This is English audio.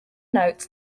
notes